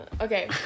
Okay